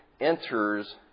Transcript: enters